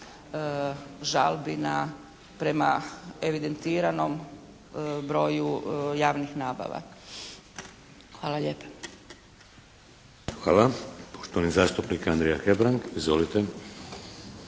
žalbi na, prema evidentiranom broju javnih nabava. Hvala lijepa. **Šeks, Vladimir (HDZ)** Hvala. Poštovani zastupnik Andrija Hebrang. Izvolite.